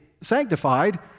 sanctified